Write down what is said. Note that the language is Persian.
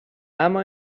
اما